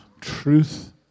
truth